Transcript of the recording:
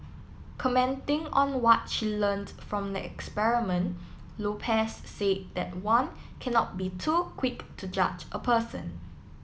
commenting on what she learnt from the experiment Lopez said that one cannot be too quick to judge a person